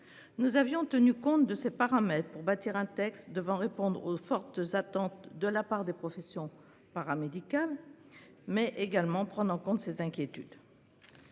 Nous avions tenu compte de ces paramètres pour bâtir un texte devant répondre aux fortes attentes de la part des professions paramédicales, mais également prendre en compte ces inquiétudes.